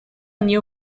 new